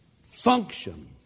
Function